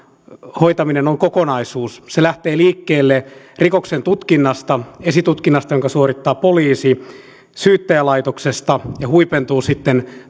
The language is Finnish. hoitaminen on kokonaisuus se lähtee liikkeelle rikoksen tutkinnasta esitutkinnasta jonka suorittaa poliisi syyttäjälaitoksesta ja huipentuu sitten